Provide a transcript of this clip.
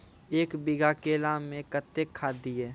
एक बीघा केला मैं कत्तेक खाद दिये?